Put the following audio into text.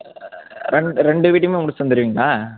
ரெண்டு ரெண்டு வீட்டையுமே முடிச்சித் தந்துருவிங்களா